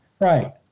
Right